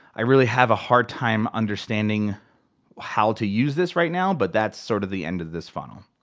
i really have a hard time understanding how to use this right now, but that's sort of the end of this funnel.